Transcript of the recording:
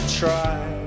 Try